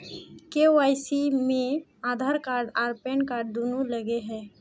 KYC में Aadhaar card आर PAN card दुनू लगे है की?